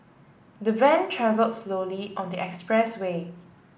the van travelled slowly on the expressway